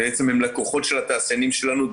שהם בעצם הלקוחות של התעשיינים שלנו,